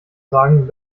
sagen